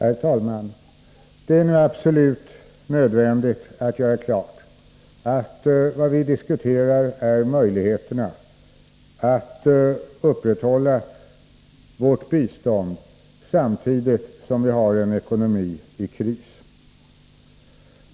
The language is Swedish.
Herr talman! Det är nu nödvändigt att göra klart att vad vi diskuterar är möjligheterna att upprätthålla vårt bistånd samtidigt som vi har en ekonomi i kris.